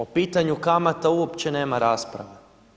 O pitanju kamata uopće nema rasprave.